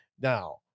Now